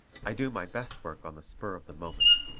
i do my best work on the spur of the moment.